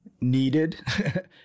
needed